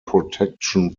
protection